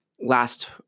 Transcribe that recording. last